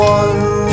one